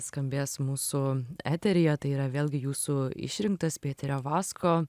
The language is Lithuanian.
skambės mūsų eteryje tai yra vėlgi jūsų išrinktas pėterio vasko